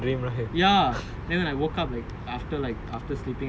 and I couldn't sleep for like one hour you know and I slept like seven thirty evening